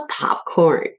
popcorn